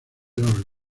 los